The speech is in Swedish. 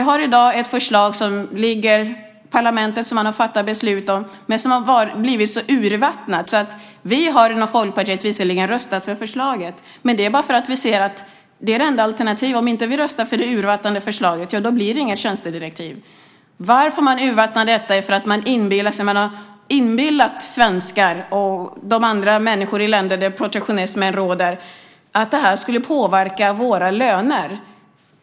Vi har i dag ett förslag som ligger, som parlamentet har fattat beslut om, men som blivit mycket urvattnat. Vi inom Folkpartiet har visserligen röstat för förslaget, men det är bara för att vi ser det som det enda alternativet. Om vi inte röstar för det urvattnade förslaget blir det inget tjänstedirektiv. Anledningen till att man urvattnat förslaget är att man inbillat svenskar och andra människor i länder där protektionism råder att det skulle påverka våra löner.